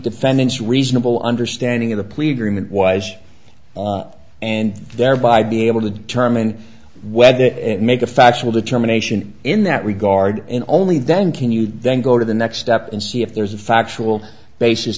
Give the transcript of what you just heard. defendant's reasonable understanding of the pleading that was on and thereby be able to determine whether it make a factual determination in that regard and only then can you then go to the next step and see if there's a factual basis